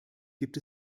gibt